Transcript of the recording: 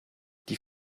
die